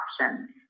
options